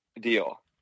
deal